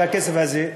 והכסף הזה?